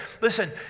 Listen